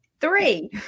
three